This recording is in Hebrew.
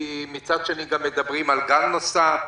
כי מדברים גם על גל נוסף,